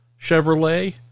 Chevrolet